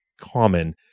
common